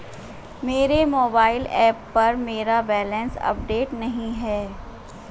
मेरे mobile app पर मेरा बैलेंस अपडेट नहीं है